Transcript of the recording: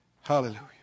Hallelujah